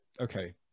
okay